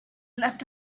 left